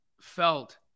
felt